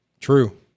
True